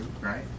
right